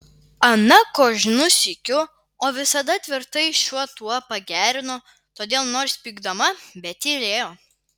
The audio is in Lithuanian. ana kožnu sykiu o visada tvirtai šiuo tuo pagerino todėl nors pykdama bet tylėjo